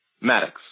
maddox